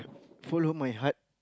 follow my heart